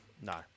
No